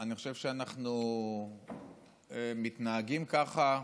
אני חושב שאנחנו מתנהגים ככה,